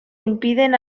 impiden